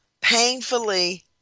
painfully